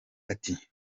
ati